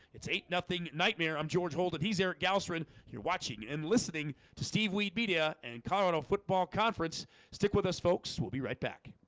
it's eight. nothing nightmare. i'm george holden he's eric gowen you're watching and listening to steve wiebe. media and colorado football conference stick with us folks. we'll be right back